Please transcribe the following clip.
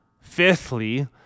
fifthly